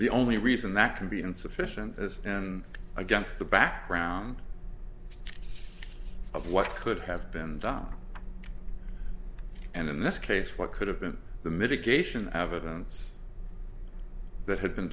the only reason that can be insufficient is against the background of what could have been done and in this case what could have been the mitigation evidence that had been